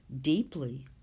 deeply